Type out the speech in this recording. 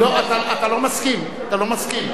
לא, אתה לא מסכים, אתה לא מסכים.